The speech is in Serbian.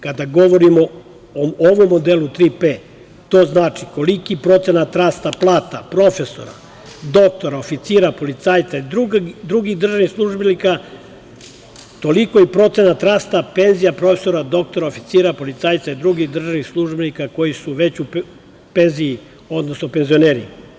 Kada govorimo o ovom modelu „Tri P“, to znači koliki procenat rasta plata profesora, doktora, oficira, policajca i drugih državnih službenika, toliko i procenat rasta penzija profesora, doktora, oficira, policajca i drugih državnih službenika koji su već u penziji, odnosno penzionerima.